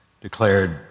declared